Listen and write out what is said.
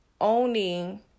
owning